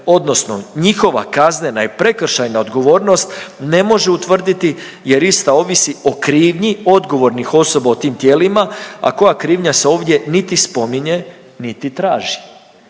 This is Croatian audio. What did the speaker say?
odnosno njihova kaznena i prekršajna odgovornost ne može utvrditi jer ista ovisi o krivnji odgovornih osoba u tim tijelima, a koja krivnja se ovdje niti spominje, niti traži.